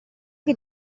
che